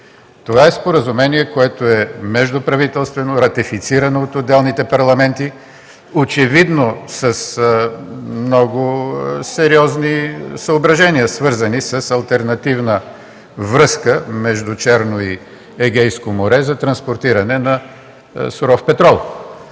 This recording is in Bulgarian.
това е споразумение, което е междуправителствено, ратифицирано от отделните парламенти, очевидно с много сериозни съображения, свързани с алтернативна връзка между Черно и Егейско море за транспортиране на суров петрол.